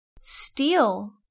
steal